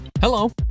Hello